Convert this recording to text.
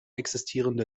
existierende